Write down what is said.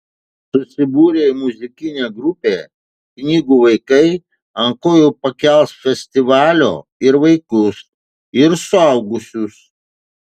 susibūrę į muzikinę grupę knygų vaikai ant kojų pakels festivalio ir vaikus ir suaugusius